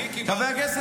אני קיבלתי,